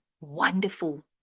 wonderful